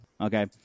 Okay